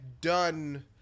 done